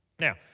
Now